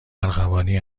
ارغوانی